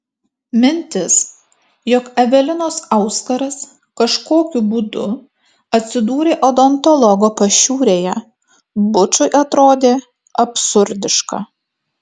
mintis jog evelinos auskaras kažkokiu būdu atsidūrė odontologo pašiūrėje bučui atrodė absurdiška